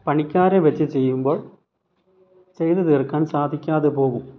പണിക്കാരെ വെച്ച് ചെയ്യുമ്പോൾ ചെയ്ത് തീർക്കാൻ സാധിക്കാതെ പോകും